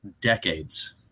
decades